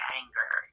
anger